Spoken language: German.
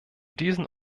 diesen